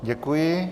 Děkuji.